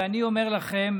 ואני אומר לכם,